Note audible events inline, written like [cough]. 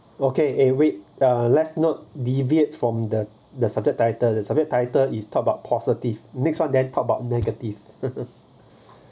okay eh wait uh let's not deviate from the the subject title the subject title is talk about positive next one then talk about negative [laughs]